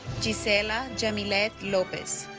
jissela yamileth lopez